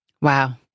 Wow